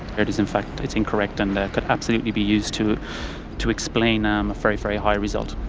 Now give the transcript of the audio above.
it is in fact it's incorrect and could absolutely be used to to explain um a very, very high result.